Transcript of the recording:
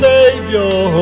Savior